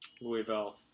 Louisville